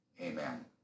Amen